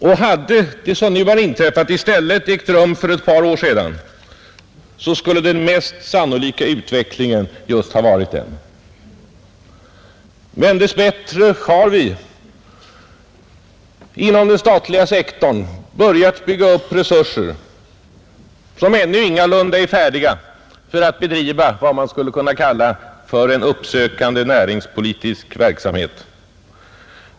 Och hade det som nu har inträffat i stället ägt rum för ett par år sedan, skulle den mest sannolika utvecklingen just ha varit denna. Men dess bättre har vi inom den statliga sektorn börjat bygga upp resurser — de är ännu ingalunda färdiga — för att bedriva vad man skulle kunna kalla en uppsökande näringspolitisk verksamhet.